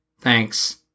thanks